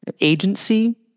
agency